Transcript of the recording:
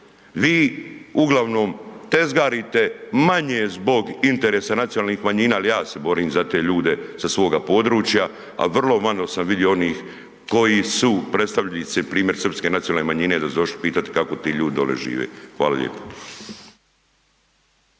vi uglavnom tezgarite manje zbog interesa nacionalnih manjina jer ja se borim za te ljude sa svoga područja a vrlo malo sam vidio onih koji su predstavnici npr. srpske nacionalne manjine da su došli pitat kako ti ljudi doli žive. Hvala lijepo.